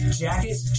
jackets